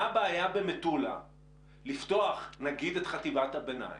מה הבעיה במטולה לפתוח נגיד את חטיבת הביניים,